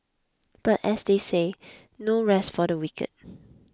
but as they say no rest for the wicked